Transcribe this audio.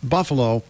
Buffalo